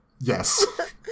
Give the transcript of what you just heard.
yes